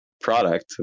product